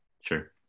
Sure